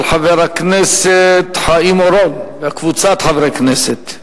של חבר הכנסת חיים אורון וקבוצת חברי הכנסת.